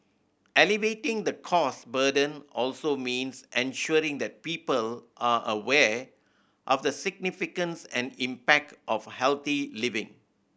alleviating the cost burden also means ensuring the people are aware of the significance and impact of healthy living